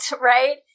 right